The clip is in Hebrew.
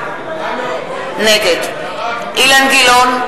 נגד אילן גילאון,